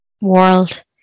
world